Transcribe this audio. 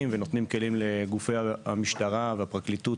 ונותנים כלים לגופי המשטרה והפרקליטות.